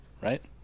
right